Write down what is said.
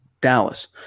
Dallas